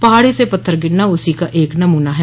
पहाड़ी से पत्थर गिरना उसी का एक नमूना है